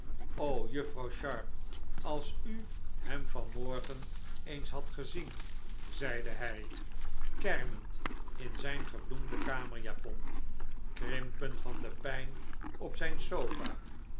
juffrouw sharp als u hem van morgen eens had gezien zeide hij kermend in zijn gebloemde kamerjapon krimpend van de pijn op zijn sofa